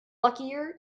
luckier